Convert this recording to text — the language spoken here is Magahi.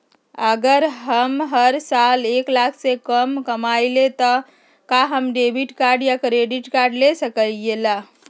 अगर हम हर साल एक लाख से कम कमावईले त का हम डेबिट कार्ड या क्रेडिट कार्ड ले सकीला?